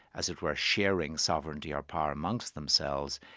as it were, sharing sovereignty or power amongst themselves,